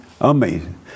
Amazing